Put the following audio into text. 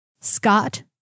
Scott